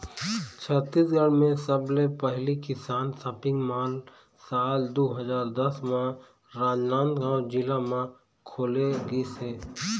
छत्तीसगढ़ म सबले पहिली किसान सॉपिंग मॉल साल दू हजार दस म राजनांदगांव जिला म खोले गिस हे